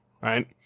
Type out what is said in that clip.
right